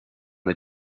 the